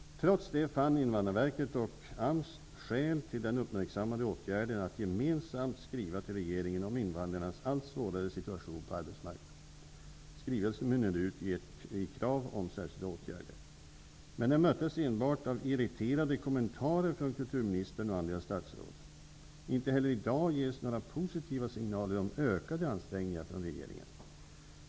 Trots det fann Invandrarverket och AMS skäl till den uppmärksammade åtgärden att gemensamt skriva till regeringen om invandrarnas allt svårare situation på arbetsmarknaden. Skrivelsen mynnade ut i krav på särskilda åtgärder. Men det möttes enbart av irriterade kommentarer från kulturministern och andra statsråd. Inte heller i dag ges några positiva signaler om några ökade ansträngningar från regeringen.